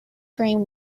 cream